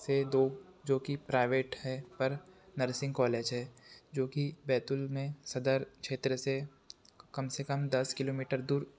से दो जो कि प्राइवेट हैं पर नर्सिंग कॉलेज हैं जो कि बैतूल में सदर क्षेत्र से कम से कम दस किलोमीटर दूर